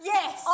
Yes